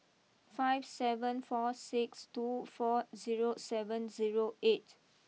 five seven four six two four zero seven zero eight